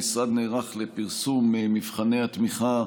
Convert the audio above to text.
המשרד נערך לפרסום מבחני התמיכה,